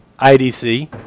IDC